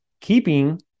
keeping